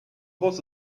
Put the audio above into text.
horse